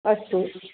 अस्तु